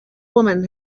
woman